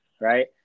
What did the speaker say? right